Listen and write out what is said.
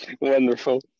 Wonderful